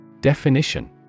Definition